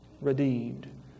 Redeemed